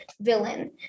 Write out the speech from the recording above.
villain